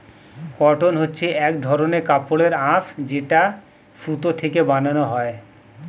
cotton হচ্ছে এক ধরনের কাপড়ের আঁশ যেটা সুতো থেকে বানানো হয়